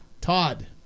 Todd